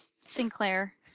Sinclair